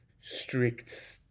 strict